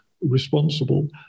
responsible